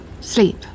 Sleep